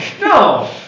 No